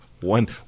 One